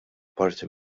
parti